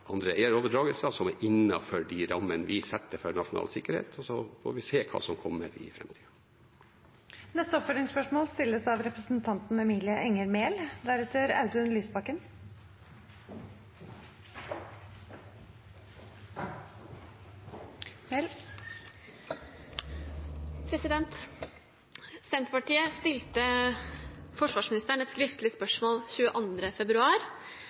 er overdragelser som er innenfor de rammene vi setter for nasjonal sikkerhet, og så får vi se hva som kommer. Emilie Enger Mehl – til oppfølgingsspørsmål.